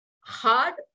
hard